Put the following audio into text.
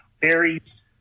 Berries